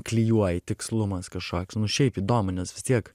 klijuoji tikslumas kažkoks nu šiaip įdomu nes vis tiek